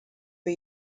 for